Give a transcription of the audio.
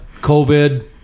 COVID